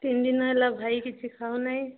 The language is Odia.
ତିନ ଦିନ ହେଲା ଭାଇ କିଛି ଖାଉନାହିଁ